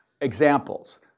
Examples